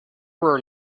were